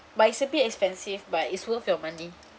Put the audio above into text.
but it's a bit expensive but it's worth your money